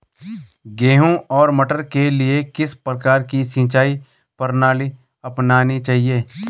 गेहूँ और मटर के लिए किस प्रकार की सिंचाई प्रणाली अपनानी चाहिये?